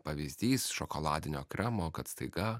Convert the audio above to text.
pavyzdys šokoladinio kremo kad staiga